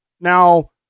Now